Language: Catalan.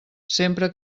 sempre